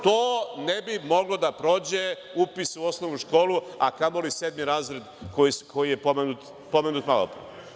To ne bi moglo da prođe upis u osnovnu školu, a kamoli sedmi razred koji je pomenut malopre.